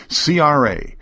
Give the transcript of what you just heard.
CRA